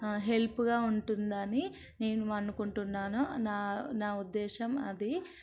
హెల్ప్గా ఉంటుందని నేను అనుకుంటున్నాను నా నా ఉద్దేశ్యం అది